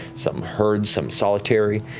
some herds, some solitary.